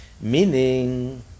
meaning